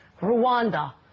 Rwanda